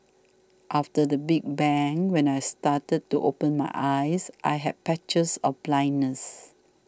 after the big bang when I started to open my eyes I had patches of blindness